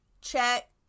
Check